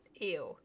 Ew